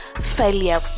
failure